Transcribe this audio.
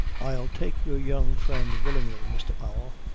i'll take your young friend willingly, mr. powell.